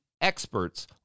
experts